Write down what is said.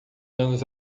anos